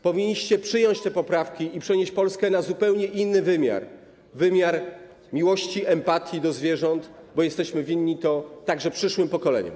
Powinniście przyjąć te poprawki i przenieść Polskę na zupełnie inny wymiar, wymiar miłości, empatii do zwierząt, bo jesteśmy to winni także przyszłym pokoleniom.